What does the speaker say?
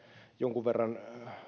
jonkun verran